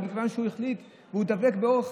אבל מכיוון שהוא החליט והוא דבק באורח